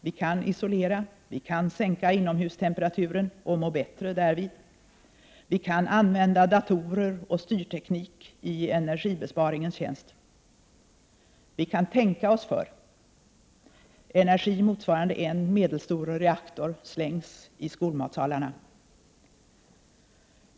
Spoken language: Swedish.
Vi kan isolera, vi kan sänka inomhustemperaturen och må bättre därvid och vi kan använda datorer och styrteknik i energibesparingens tjänst. Vi kan tänka oss för — energi motsvarande en medelstor reaktor slängs i skolmatsalarna!